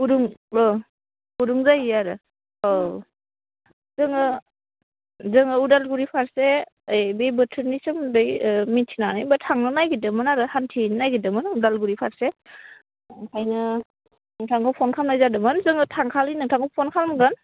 गुदुं गुदुं जायो आरो औ जोङो जोङो उदालगुरि फारसे बे बोथोरनि सोमोन्दै मिथिनानै थांनो नागिरदोमोन आरो हान्थिहैनो नागिरदोमोन उदालगुरि फारसे ओंखायनो नोंथांखौ फन खामनाय जादोंमोन जोङो थांखालि नोंथांखौ फन खामगोन